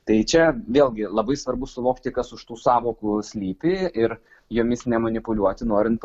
tai čia vėlgi labai svarbu suvokti kas už tų sąvokų slypi ir jomis nemanipuliuoti norint